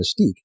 Mystique